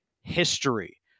history